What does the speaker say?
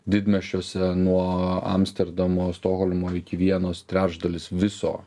didmiesčiuose nuo amsterdamo stokholmo iki vienos trečdalis viso